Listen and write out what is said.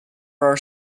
are